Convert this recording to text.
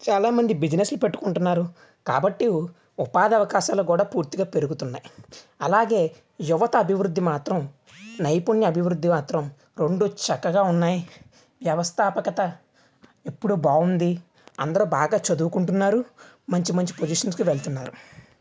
చాలామంది బిజినెస్లు పెట్టుకుంటున్నారు కాబట్టి ఉపాధి అవకాశాలు కూడా పూర్తిగా పెరుగుతున్నాయి అలాగే యువత అభివృద్ధి మాత్రం నైపుణ్యత అభివృద్ధి మాత్రం రెండు చక్కగా ఉన్నాయి వ్యవస్థాపకత ఇప్పుడు బాగుంది అందరూ బాగా చదువుకుంటున్నారు మంచి మంచి పొజిషన్స్కి వెళ్తున్నారు